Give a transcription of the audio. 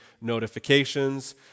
notifications